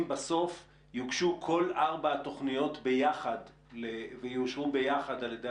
בסוף יוגשו כל ארבעת התוכניות ביחד ויאושרו ביחד על ידי